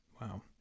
Wow